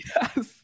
Yes